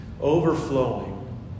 Overflowing